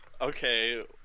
Okay